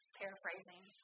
paraphrasing